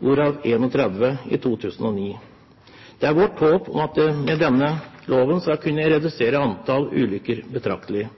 hvorav 31 i 2009. Det er vårt håp at man med denne loven skal kunne redusere antall ulykker betraktelig.